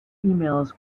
emails